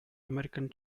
american